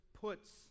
puts